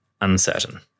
uncertain